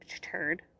turd